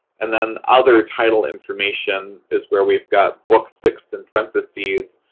and then other title information is where we've got book six in parentheses,